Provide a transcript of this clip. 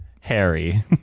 Harry